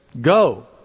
go